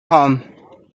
harm